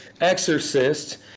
exorcist